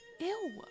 Ew